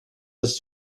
das